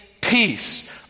peace